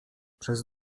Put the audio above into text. przez